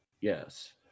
yes